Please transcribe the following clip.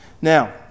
Now